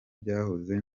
byahoze